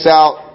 out